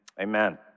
Amen